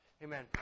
Amen